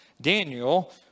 Daniel